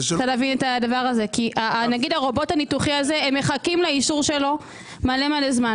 נגיד הרובוט הניתוחי הזה הם מחכים לאישור שלו מלא זמן.